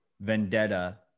vendetta